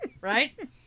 right